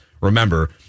Remember